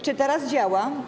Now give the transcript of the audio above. Czy teraz działa?